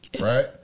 right